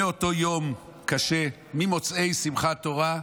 מאותו יום קשה ממוצאי שמחת תורה,